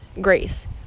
grace